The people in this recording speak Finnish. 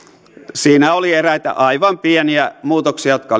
siinä oli eräitä aivan pieniä muutoksia jotka